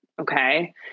okay